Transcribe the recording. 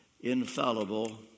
infallible